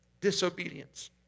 disobedience